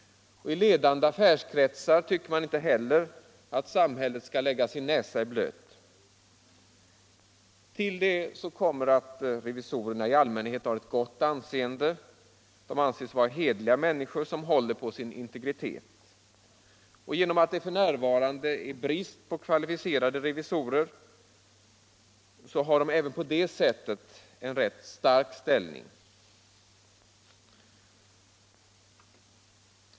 I ledande affärskretsar tycker man inte heller att samhället skall lägga sin näsa i blöt. Till det kommer att revisorerna i allmänhet har ett gott anseende. De anses vara hederliga människor som håller på sin integritet. Och genom att det f.n. är brist på kvalificerade revisorer så har de även på det sättet en rätt stark ställning.